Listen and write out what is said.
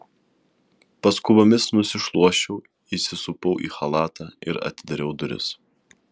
paskubomis nusišluosčiau įsisupau į chalatą ir atidariau duris